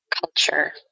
culture